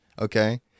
Okay